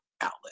outlet